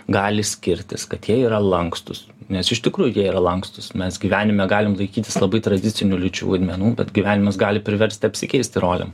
gali skirtis kad jie yra lankstūs nes iš tikrųjų jie yra lankstūs mes gyvenime galim laikytis labai tradicinių lyčių vaidmenų bet gyvenimas gali priverst apsikeisti rolėm